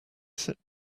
sit